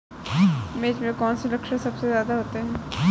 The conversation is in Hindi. मिर्च में कौन से लक्षण सबसे ज्यादा होते हैं?